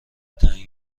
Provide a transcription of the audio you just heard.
تنگ